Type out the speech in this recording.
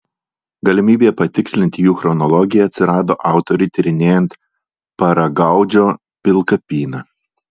galimybė patikslinti jų chronologiją atsirado autoriui tyrinėjant paragaudžio pilkapyną